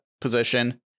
position